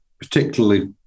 particularly